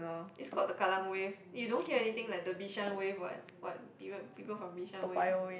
is called the kallang Wave you don't hear anything like the Bishan wave what what people people from Bishan wave